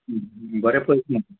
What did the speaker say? बरें पयस ना